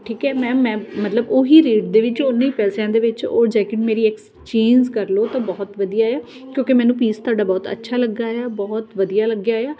ਠੀਕ ਹੈ ਮੈਮ ਮੈਂ ਮਤਲਬ ਉਹ ਹੀ ਰੇਟ ਦੇ ਵਿੱਚ ਉਨੀ ਪੈਸਿਆਂ ਦੇ ਵਿੱਚ ਉਹ ਜੈਕਟ ਮੇਰੀ ਐਕਸਚੇਂਜ ਕਰ ਲਓ ਤਾਂ ਬਹੁਤ ਵਧੀਆ ਹੈ ਕਿਉਂਕਿ ਮੈਨੂੰ ਪੀਸ ਤੁਹਾਡਾ ਬਹੁਤ ਅੱਛਾ ਲੱਗਾ ਆ ਬਹੁਤ ਵਧੀਆ ਲੱਗਿਆ ਆ